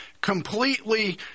completely